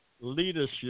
leadership